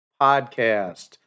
podcast